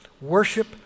worship